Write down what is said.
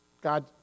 God